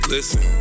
Listen